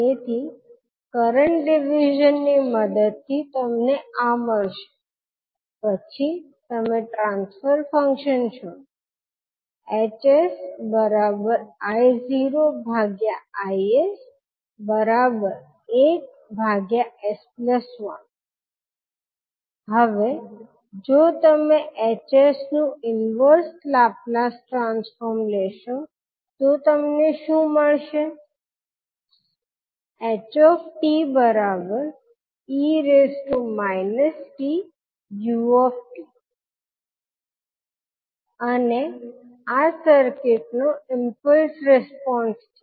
તેથી કરંટ ડીવીઝનની મદદથી તમને આ મળશે પછી તમે ટ્રાન્સ્ફર ફંક્શન શોધો HsI0Is 1s1 હવે જો તમે Hs નું ઇન્વર્સ લાપ્લાસ ટ્રાન્સફોર્મ લેશો તો તમને શું મળશે hte tu અને આ સર્કિટ નો ઈમ્પલ્સ રિસ્પોન્સ છે